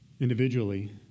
individually